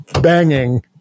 banging